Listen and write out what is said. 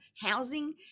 housing